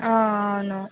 అవును